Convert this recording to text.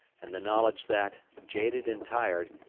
and the knowledge that, jaded and tired,